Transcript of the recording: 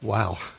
Wow